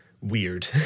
weird